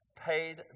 paid